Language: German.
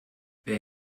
wer